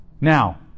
Now